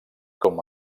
com